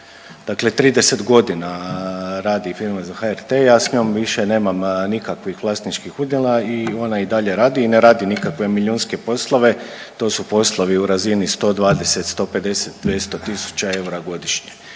Dakle 30 godina radi filmove za HRT, ja s njom više nemam nikakvih vlasničkih udjela i ona i dalje radi i ne radi nikakve milijunske poslove, to su poslovi u razini 120, 150, 200 tisuća eura godišnje